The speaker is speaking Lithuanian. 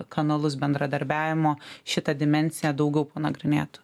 kanalus bendradarbiavimo šitą dimensiją daugiau panagrinėtų